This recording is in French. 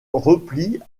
replient